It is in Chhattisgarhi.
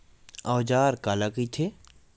औजार काला कइथे?